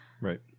Right